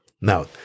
Now